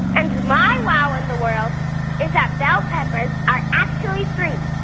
and my wow in the world is that bell peppers are actually fruit,